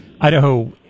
Idaho